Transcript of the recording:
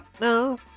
No